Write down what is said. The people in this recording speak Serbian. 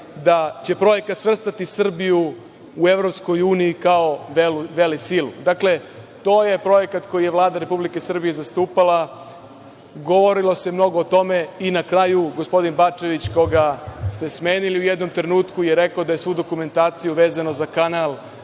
da će projekat svrstati Srbiju u EU, kao velesilu. Dakle, to je projekat koji je Vlada Republike Srbije zastupala. Govorilo se mnogo o tome i na kraju, gospodin Bačević, koga ste smenili u jednom trenutku, je rekao da je svu dokumentaciju vezanu za kanal